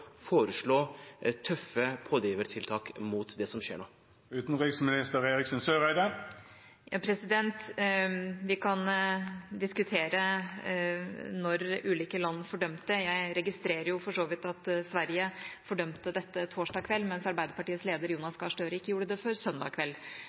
foreslå tøffe pådrivertiltak mot det som skjer nå? Vi kan diskutere når ulike land fordømte. Jeg registrerer for så vidt at Sverige fordømte dette torsdag kveld, mens Arbeiderpartiets leder,